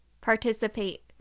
participate